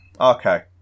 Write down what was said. Okay